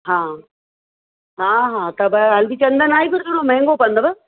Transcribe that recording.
हा हा हा सभु आहे हल्दी चंदन आहे पर थोरो महांगो पवदव